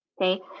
Okay